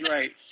Right